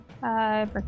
five